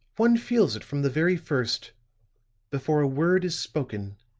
one feels it from the very first before a word is spoken.